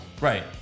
Right